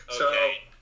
Okay